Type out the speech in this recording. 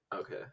okay